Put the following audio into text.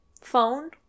phone